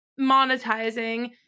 monetizing